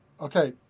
Okay